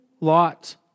lot